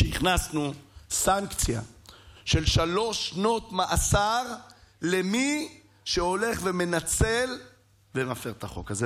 הכנסנו סנקציה של שלוש שנות מאסר למי שהולך ומנצל ומפר את החוק הזה.